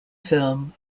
film